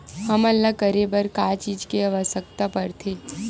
हमन ला करे बर का चीज के आवश्कता परथे?